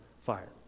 fire